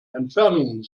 entfernung